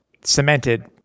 cemented